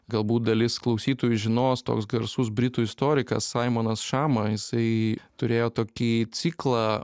galbūt dalis klausytojų žinos toks garsus britų istorikas saimonas šama isai turėjo tokį ciklą